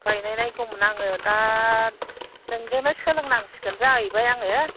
गायनायनायगौमोन आङो दा नोंजोंनो सोलोंनांसिगोन जाहैबाय आङो